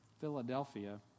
Philadelphia